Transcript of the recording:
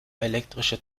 elektrische